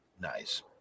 nice